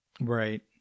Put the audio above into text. Right